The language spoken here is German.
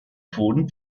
pfoten